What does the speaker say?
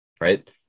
right